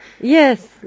Yes